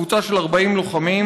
קבוצה של 40 לוחמים,